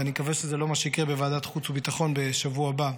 ואני מקווה שזה לא מה שיקרה בוועדת החוץ והביטחון בשבוע הבא,